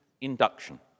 induction